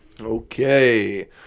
Okay